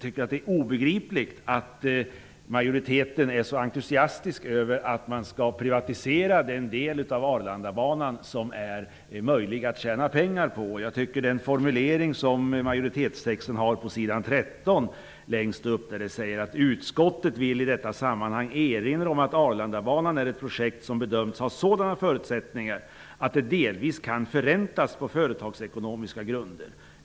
Det är obegripligt att utskottsmajoriteten är så entusiastisk över att den del av Arlandabanan som är möjlig att tjäna pengar på skall privatiseras. ''Utskottet vill i detta sammanhang erinra om att Arlandabanan är ett projekt som bedömts ha sådana förutsättningar att det delvis kan förräntas på företagsekonomiska grunder.